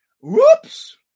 Whoops